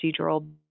procedural